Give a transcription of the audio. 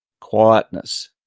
quietness